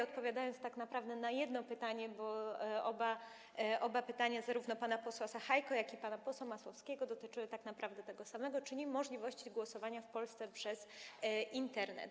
Odpowiadam tak naprawdę na jedno pytanie, bo oba pytania zarówno pana posła Sachajki, jak i pana posła Masłowskiego dotyczyły tak naprawdę tego samego, czyli możliwości głosowania w Polsce przez Internet.